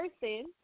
person